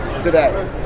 today